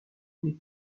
mais